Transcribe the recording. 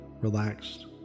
relaxed